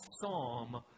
psalm